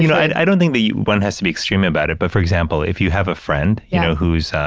you know i don't think that one has to be extremely about it. but for example, if you have a friend, you know, who is,